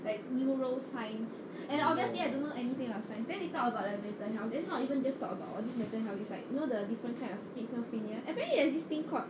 like neuroscience and obviously I don't know anything about science then they talk about the blatant health not even just talk about all this blatant health apparently there's this thing called